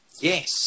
Yes